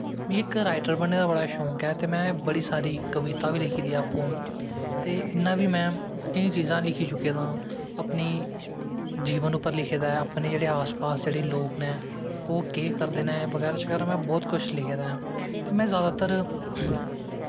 मिगी राईटर बनने दा बड़ा शौक ऐ ते में बड़ी सारी कवितां बी लिखी दियां अप्पूं ते इ'यां बी में केईं चीजां लिखी चुक्के दा अपनी जीवन उप्पर लिखे दा ऐ अपने आस पास जेह्ड़े लोग न ओह् केह् करदे न बगैरा बगैरा में बौह्त कुश लिखे दा ऐ ते में जैदातर